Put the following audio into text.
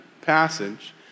passage